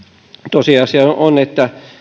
tosiasia on että